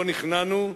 לא נכנענו.